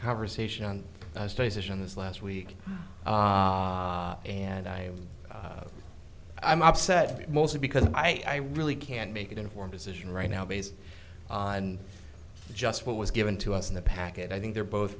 conversation on stations last week ah and i i'm upset mostly because i really can't make an informed decision right now based on just what was given to us in the package i think they're both